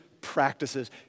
practices